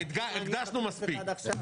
הקדשנו מספיק.